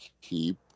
keep